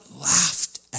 laughed